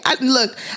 Look